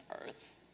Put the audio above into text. earth